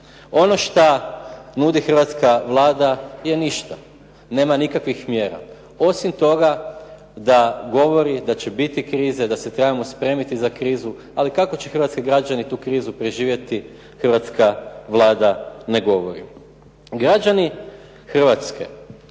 Ono što nudi hrvatska Vlada je ništa. Nema nikakvih mjera, osim toga da govori da će biti krize, da se trebamo spremiti za krizu, ali kako će hrvatski građani tu krizu preživjeti, hrvatska Vlada ne govori. Građani Hrvatske